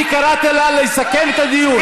אני קראתי לה לסכם את הדיון.